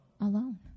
alone